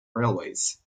railways